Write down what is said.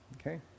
Okay